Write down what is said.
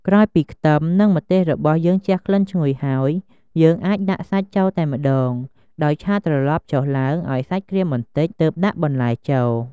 ក្រោយពីខ្ទឹម និងម្ទេសរបស់យើងជះក្លិនឈ្ងុយហើយ យើងអាចដាក់សាច់ចូលតែម្ដង ដោយឆាត្រឡប់ចុះឡើងឱ្យសាច់ក្រៀមបន្តិច ទើបដាក់បន្លែចូល។